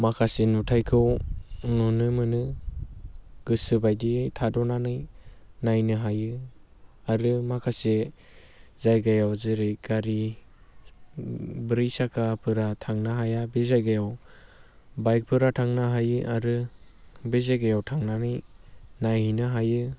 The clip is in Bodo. माखासे नुथायखौ नुनो मोनो गोसो बायदियै थाद'नानै नायनो हायो आरो माखासे जायगायाव जेरै गारि ब्रै साखाफोरा थांनो हाया बे जायगायाव बाइकफोरा थांनो हायो आरो बे जायगायाव थांनानै नायहैनो हायो